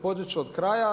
Počet ću od kraja.